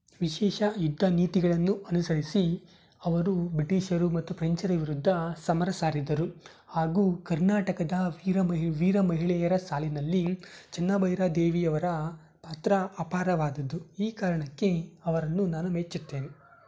ವಿಶೇಷ ಯುದ್ದ ನೀತಿಗಳನ್ನು ಅನುಸರಿಸಿ ಅವರು ಬ್ರಿಟಿಷರು ಮತ್ತು ಪ್ರೆಂಚರ ವಿರುದ್ಧ ಸಮರ ಸಾರಿದ್ದರು ಹಾಗೂ ಕರ್ನಾಟಕದ ವೀರ ಮಹಿ ವೀರ ಮಹಿಳೆಯರ ಸಾಲಿನಲ್ಲಿ ಚೆನ್ನ ಭೈರಾದೇವಿ ಅವರ ಪಾತ್ರ ಅಪಾರವಾದದ್ದು ಈ ಕಾರಣಕ್ಕೆ ಅವರನ್ನು ನಾನು ಮೆಚ್ಚುತ್ತೇನೆ